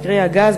קרי הגז,